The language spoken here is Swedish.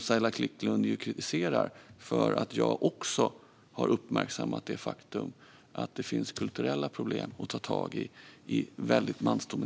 Saila Quicklund kritiserar det på grund av att jag också har uppmärksammat att det i väldigt mansdominerade branscher finns kulturella problem att ta tag i.